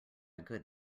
good